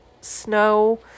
snow